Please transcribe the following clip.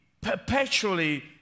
perpetually